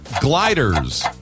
gliders